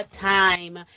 time